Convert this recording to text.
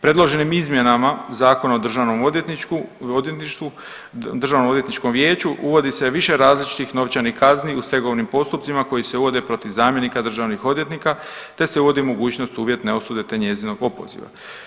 Predloženim izmjenama Zakona o Državnom odvjetništvu, Državnom odvjetničkom vijeću uvodi se više različitih novčanih kazni u stegovnim postupcima koji se vode protiv zamjenika državnih odvjetnika te se uvodi mogućnost uvjetne osude te njezinog opoziva.